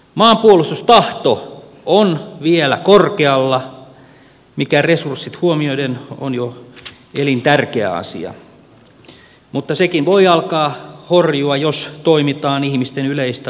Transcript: maanpuolustustahto on vielä korkealla mikä resurssit huomioiden on jo elintärkeä asia mutta sekin voi alkaa horjua jos toimitaan ihmisten yleistä oikeustajua vastaan